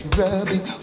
rubbing